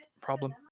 problem